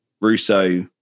Russo